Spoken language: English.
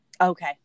okay